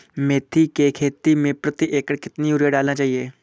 मेथी के खेती में प्रति एकड़ कितनी यूरिया डालना चाहिए?